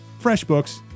FreshBooks